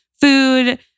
food